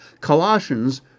Colossians